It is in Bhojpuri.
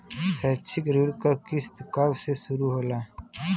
शैक्षिक ऋण क किस्त कब से शुरू होला?